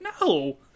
No